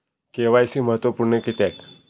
KYC महत्त्वपुर्ण किद्याक?